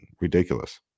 ridiculous